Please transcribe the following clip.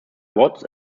watts